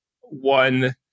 one